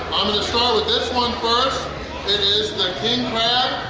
i'm going to start with this one first it is the king.